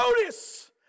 notice